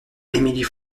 émilie